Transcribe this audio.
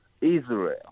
Israel